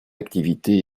activité